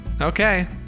Okay